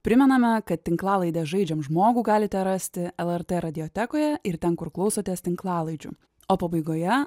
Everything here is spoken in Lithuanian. primename kad tinklalaidę žaidžiam žmogų galite rasti lrt radiotekoje ir ten kur klausotės tinklalaidžių o pabaigoje